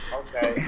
okay